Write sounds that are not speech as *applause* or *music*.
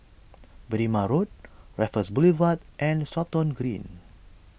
*noise* Berrima Road Raffles Boulevard and Stratton Green